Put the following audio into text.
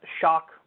shock